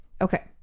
okay